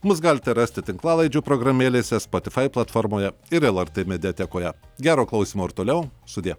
mus galite rasti tinklalaidžių programėlėse spotifai platformoje ir lrt mediatekoje gero klausymo ir toliau sudie